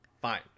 Fine